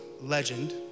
legend